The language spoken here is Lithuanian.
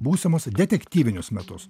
būsimus detektyvinius metus